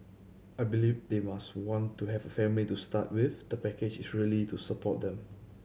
I believe they must want to have a family to start with the package is really to support them